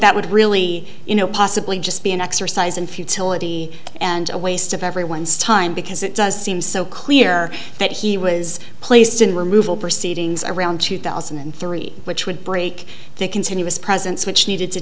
that would really you know possibly just be an exercise in futility and a waste of everyone's time because it does seem so clear that he was placed in removal proceedings around two thousand and three which would break the continuous presence which needed to